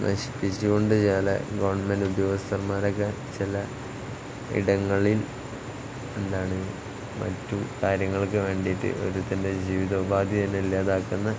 നശിപ്പിച്ചു കൊണ്ട് ചില ഗവൺമെൻറ് ഉദ്യോഗസ്ഥന്മാരൊക്കെ ചില ഇടങ്ങളിൽ എന്താണ് മറ്റു കാര്യങ്ങൾക്ക് വേണ്ടിയിട്ട് ഒരുത്തൻ്റെ ജീവിതോപാധി തന്നെ ഇല്ലാതാക്കുന്ന